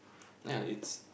ya it's